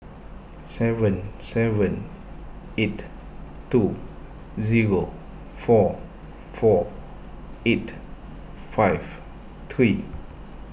seven seven eight two zero four four eight five three